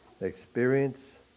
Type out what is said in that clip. experience